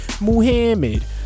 Muhammad